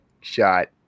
shot